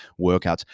workouts